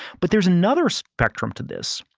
but there's another spectrum to this.